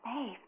safe